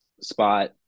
spot